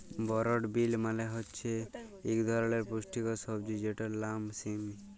বরড বিল মালে হছে ইক ধরলের পুস্টিকর সবজি যেটর লাম সিম